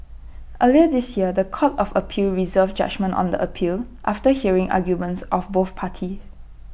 earlier this year The Court of appeal reserved judgement on the appeal after hearing arguments of both parties